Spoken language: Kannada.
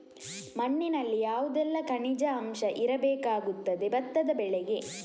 ಮಣ್ಣಿನಲ್ಲಿ ಯಾವುದೆಲ್ಲ ಖನಿಜ ಅಂಶ ಇರಬೇಕಾಗುತ್ತದೆ ಭತ್ತದ ಬೆಳೆಗೆ?